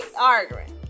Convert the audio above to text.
arguing